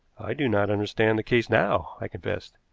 i do not understand the case now, i confessed,